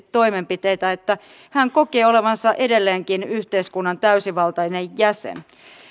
toimenpiteitä että hän kokee olevansa edelleenkin yhteiskunnan täysivaltainen jäsen